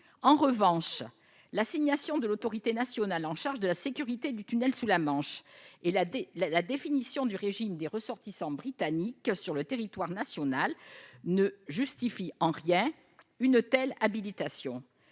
En revanche, la désignation de l'autorité nationale chargée de la sécurité du tunnel sous la Manche et la définition du régime des ressortissants britanniques sur le territoire national ne justifient en rien une telle habilitation.